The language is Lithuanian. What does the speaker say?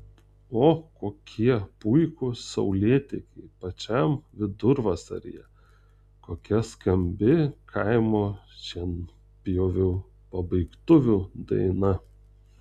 o kokie puikūs saulėtekiai pačiam vidurvasaryje kokia skambi kaimo šienpjovių pabaigtuvių daina